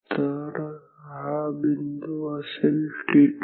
तर हा बिंदू असेल t2